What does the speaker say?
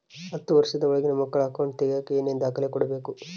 ಹತ್ತುವಷ೯ದ ಒಳಗಿನ ಮಕ್ಕಳ ಅಕೌಂಟ್ ತಗಿಯಾಕ ಏನೇನು ದಾಖಲೆ ಕೊಡಬೇಕು?